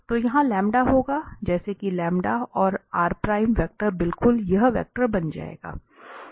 तो यहां होगा जैसे कि और वेक्टर बिल्कुल यह वेक्टर बन जाए